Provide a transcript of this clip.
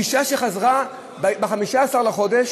אישה שחזרה ב-15 בחודש